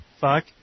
Fuck